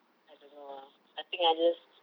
I don't know ah I think I just